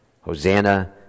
Hosanna